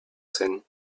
scène